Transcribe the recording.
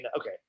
okay